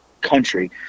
country